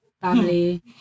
family